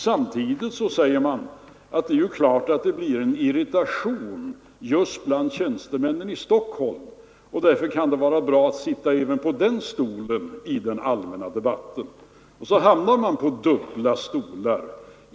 Samtidigt säger man att det är klart att det blir irritation bland tjänstemännen i Stockholm, och därför kan det vara bra att sitta även på den stolen i den allmänna debatten. Så hamnar man på dubbla stolar.